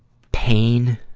pain,